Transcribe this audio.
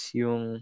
yung